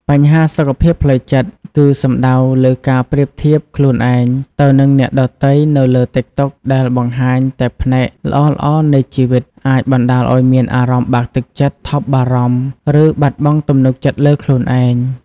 បញ្ហាសុខភាពផ្លូវចិត្ត គឺសំដៅលើការប្រៀបធៀបខ្លួនឯងទៅនឹងអ្នកដ៏ទៃនៅលើតិកតុកដែលបង្ហាញតែផ្នែកល្អៗនៃជីវិត អាចបណ្ដាលឱ្យមានអារម្មណ៍បាក់ទឹកចិត្ត ថប់បារម្ភ ឬបាត់បង់ទំនុកចិត្តលើខ្លួនឯង។